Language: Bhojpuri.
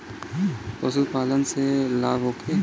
पशु पालन से लाभ होखे?